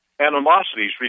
animosities